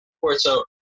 Porto